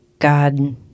God